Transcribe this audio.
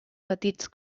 petits